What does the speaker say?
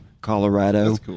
Colorado